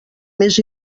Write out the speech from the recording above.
més